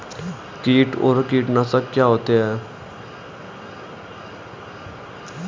कीट और कीटनाशक क्या होते हैं?